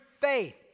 faith